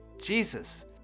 Jesus